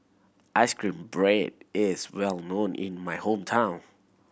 ice cream bread is well known in my hometown